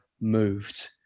Moved